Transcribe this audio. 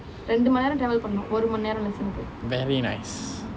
very nice